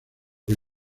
que